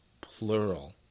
plural